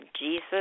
Jesus